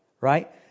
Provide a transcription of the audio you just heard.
Right